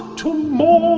to more